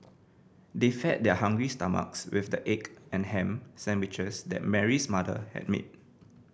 they fed their hungry stomachs with the egg and ham sandwiches that Mary's mother had made